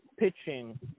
Pitching